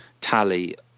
tally